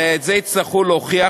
ואת זה יצטרכו להוכיח.